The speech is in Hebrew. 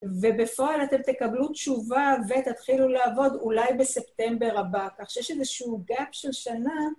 ובפועל אתם תקבלו תשובה ותתחילו לעבוד אולי בספטמבר הבא. כך שיש איזשהו gap של שנה...